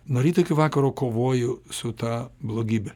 nuo ryto iki vakaro kovoju su ta blogybe